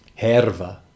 Herva